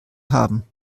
haben